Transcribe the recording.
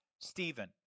Stephen